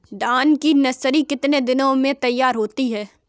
धान की नर्सरी कितने दिनों में तैयार होती है?